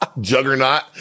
juggernaut